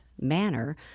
manner